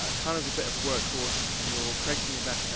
ah kind of a bit of a workhorse, and you're creating event,